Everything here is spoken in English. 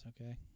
okay